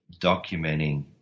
documenting